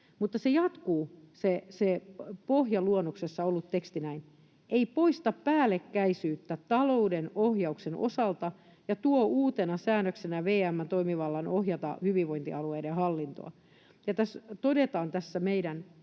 mutta se pohjaluonnoksessa ollut teksti jatkuu näin: ”ei poista päällekkäisyyttä talouden ohjauksen osalta ja tuo uutena säännöksenä VM:n toimivallan ohjata hyvinvointialueiden hallintoa”. Tässä meidän